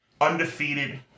undefeated